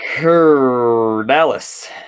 Dallas